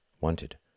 wanted